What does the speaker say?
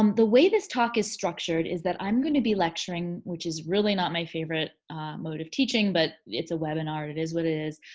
um the way this talk is structured is that i'm gonna be lecturing which is really not my favorite mode of teaching but it's a webinar, it it is what it is.